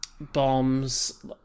bombs